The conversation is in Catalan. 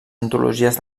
antologies